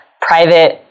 private